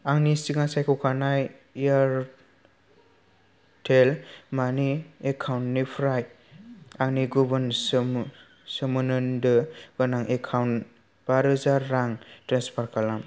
आंनि सिगां सायख'खानाय एयार टेल मानि एकाउन्टनिफ्राय आंनि गुबुन सोमो सोमोन्नोदो गोनां एकाउन्टाव बा रोजा रां ट्रेन्सफार खालाम